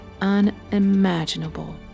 unimaginable